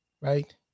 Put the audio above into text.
right